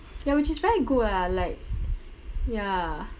ya which is very good ah like ya